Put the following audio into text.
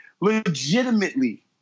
legitimately